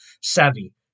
Savvy